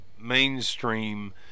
mainstream